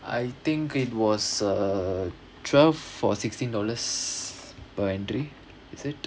I think it was err twelve for sixteen dollars per entry